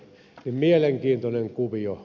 mielenkiintoinen kuvio